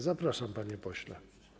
Zapraszam, panie pośle.